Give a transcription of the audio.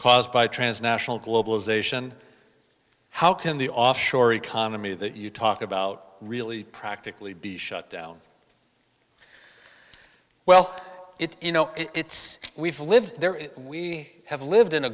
caused by transnational globalization how can the offshore economy that you talk about really practically be shut down well it's you know it's we've lived there we have lived in a